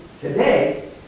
today